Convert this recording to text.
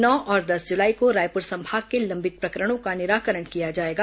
नौ और दस जुलाई को रायपुर संभाग के लंबित प्रकरणों का निराकरण किया जाएगा